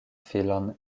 filon